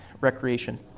recreation